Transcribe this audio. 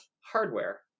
hardware